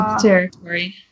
Territory